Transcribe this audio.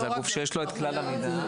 זה הגוף שיש לו כלל המידע.